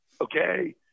Okay